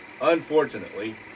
Unfortunately